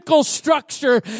structure